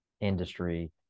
industry